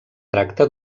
tracta